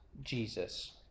Jesus